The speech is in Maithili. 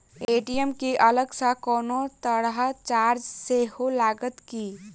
ए.टी.एम केँ अलग सँ कोनो तरहक चार्ज सेहो लागत की?